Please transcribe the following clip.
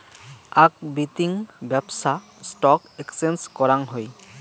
আক বিতিং ব্যপছা স্টক এক্সচেঞ্জ করাং হই